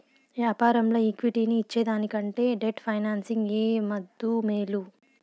యాపారంల ఈక్విటీని ఇచ్చేదానికంటే డెట్ ఫైనాన్సింగ్ ఏ ముద్దూ, మేలు